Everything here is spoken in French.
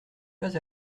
pas